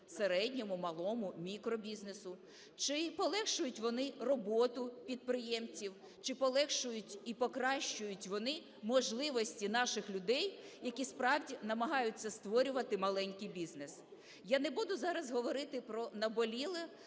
середньому, малому, мікробізнесу? Чи полегшують вони роботу підприємців? Чи полегшують і покращують вони можливості наших людей, які справді намагаються створювати маленький бізнес? Я не буду зараз говорити про наболіле,